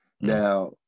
Now